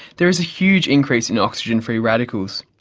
there is a huge increase in oxygen free radicals.